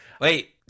Wait